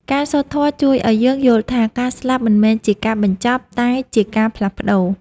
ការសូត្រធម៌ជួយឱ្យយើងយល់ថា ការស្លាប់មិនមែនជាការបញ្ចប់ តែជាការផ្លាស់ប្តូរ។